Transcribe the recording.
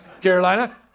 Carolina